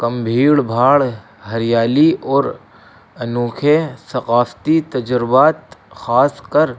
کم بھیڑ بھاڑ ہریالی اور انوکھے ثقافتی تجربات خاص کر